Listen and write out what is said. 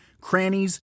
crannies